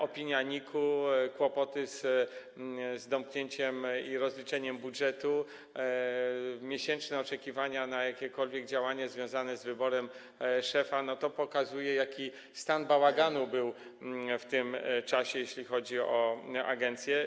Opinia NIK-u, kłopoty z domknięciem i rozliczeniem budżetu, miesięczne oczekiwanie na jakiekolwiek działania związane z wyborem szefa, to wszystko pokazuje, jaki bałagan był w tym czasie, jeśli chodzi o agencję.